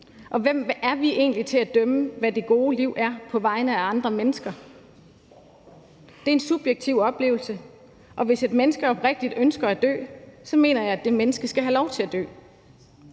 Og hvem er vi egentlig at dømme, hvad det gode liv er, på vegne af andre mennesker? Det er en subjektiv oplevelse, og hvis et menneske oprigtigt ønsker at dø, mener jeg, at det menneske skal have lov til at dø.